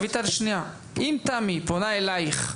אם תמי פונה אלייך,